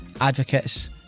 advocates